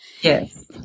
Yes